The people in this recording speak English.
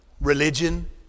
religion